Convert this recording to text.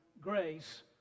grace